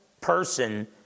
person